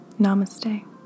Namaste